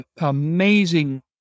amazing